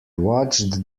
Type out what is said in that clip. watched